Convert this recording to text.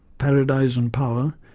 paradise and power,